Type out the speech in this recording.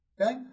Okay